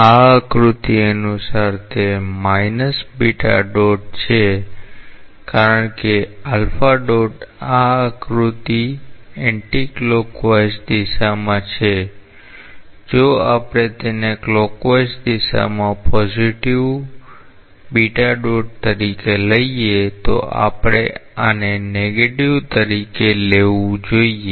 આ આકૃતિ અનુસાર તે − છે કારણ કે આ આકૃતિ એંટિક્લોક વાઇઝ દિશામાં છે જો આપણે તેને ક્લોક વાઇઝ દિશામાં પોજીટીવ તરીકે લઈએ તો આપણે આને નેગેટિવ તરીકે લેવું જોઈએ